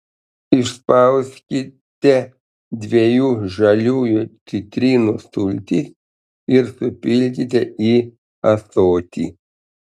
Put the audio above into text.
išspauskite dviejų žaliųjų citrinų sultis ir supilkite į ąsotį